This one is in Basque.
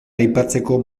aipatzeko